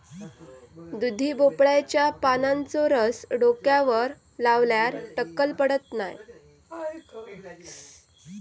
दुधी भोपळ्याच्या पानांचो रस डोक्यावर लावल्यार टक्कल पडत नाय